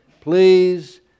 Please